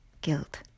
guilt